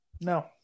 No